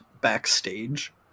backstage